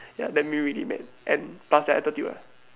ya that make me really mad and plus the attitude ah